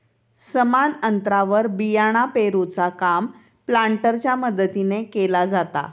समान अंतरावर बियाणा पेरूचा काम प्लांटरच्या मदतीने केला जाता